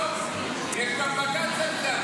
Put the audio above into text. לא, יש גם בג"ץ על זה.